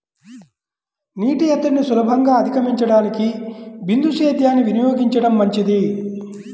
నీటి ఎద్దడిని సులభంగా అధిగమించడానికి బిందు సేద్యాన్ని వినియోగించడం మంచిది